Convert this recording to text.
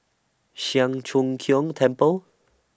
Siang Cho Keong Temple